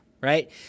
right